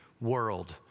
world